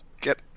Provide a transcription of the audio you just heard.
get